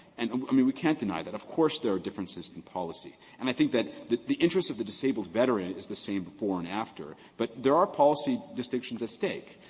and i mean, we can't deny that. of course there are differences in policy. and i think that the the interest of the disabled veteran is the same before and after. but there are policy distinctions at stake.